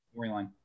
Storyline